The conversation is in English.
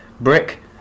Brick